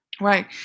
Right